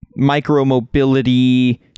micromobility